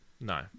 No